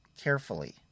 carefully